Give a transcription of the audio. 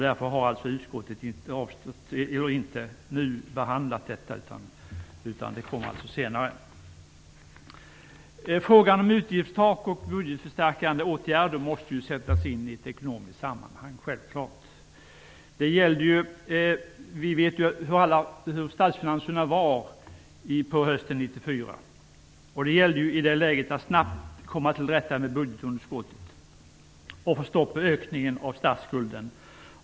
Därför har utskottet inte nu behandlat detta, utan det kommer alltså senare. Frågan om utgiftstak och budgetförstärkande åtgärder måste ju självfallet sättas in i ett ekonomiskt sammanhang. Vi vet ju alla hur statsfinanserna såg ut på hösten 1994. I det läget gällde det att snabbt komma till rätta med budgetunderskottet och få stopp på ökningen av statsskulden.